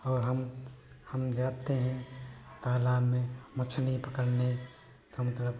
और हम हम जाते हैं तालाब में मछली पकड़ने तो मतलब